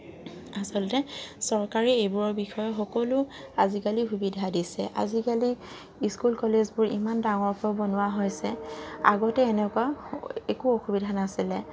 আচলতে চৰকাৰে এইবোৰৰ বিষয়ে সকলো আজিকালি সুবিধা দিছে আজিকালি স্কুল কলেজবোৰ ইমান ডাঙৰকৈ বনোৱা হৈছে আগতে এনেকুৱা একো অসুবিধা নাছিলে